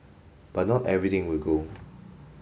but not everything will go